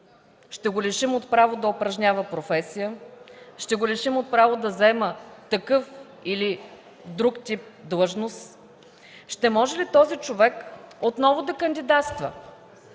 Ще го лишим от правото да упражнява професия? Ще го лишим от право да заема такъв или друг тип длъжност? Ще може ли този човек отново да кандидатства?